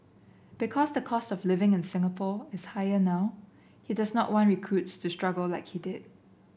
because the cost of living in Singapore is higher now he does not want recruits to struggle like he did